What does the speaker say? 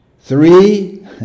Three